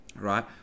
right